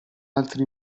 altri